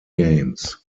games